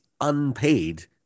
unpaid